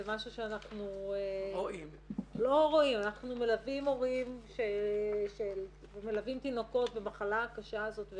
זה משהו שאנחנו מלווים הורים ומלווים תינוקות במחלה הקשה הזאת.